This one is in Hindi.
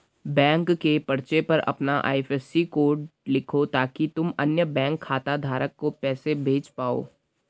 बैंक के पर्चे पर अपना आई.एफ.एस.सी कोड लिखो ताकि तुम अन्य बैंक खाता धारक को पैसे भेज पाओ